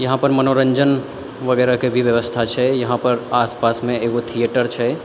यहाँपर मनोरञ्जन वगैरहके भी बेबस्था सब छै यहाँपर आसपासमे एगो थिएटर छै